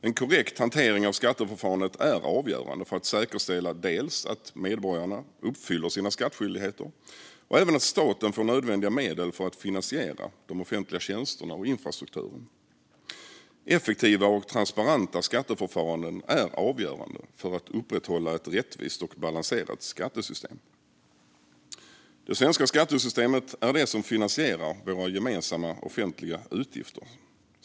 En korrekt hantering av skatteförfarandet är avgörande för att säkerställa dels att medborgarna uppfyller sina skattskyldigheter, dels att staten får nödvändiga medel för att finansiera offentliga tjänster och infrastruktur. Effektiva och transparenta skatteförfaranden är avgörande för att upprätthålla ett rättvist och balanserat skattesystem. Det svenska skattesystemet är det som finansierar våra gemensamma offentliga utgifter.